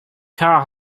car